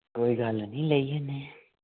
कोई गल्ल नेई लेईं आने